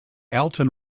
alton